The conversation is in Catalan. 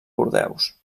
bordeus